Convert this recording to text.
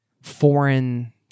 foreign